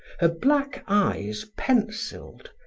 her black eyes penciled,